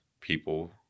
people